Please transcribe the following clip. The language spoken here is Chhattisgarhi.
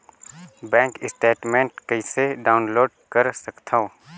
बैंक स्टेटमेंट कइसे डाउनलोड कर सकथव?